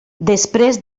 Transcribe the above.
després